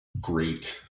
great